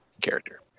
character